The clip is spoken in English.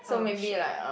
oh shit